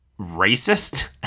racist